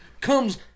comes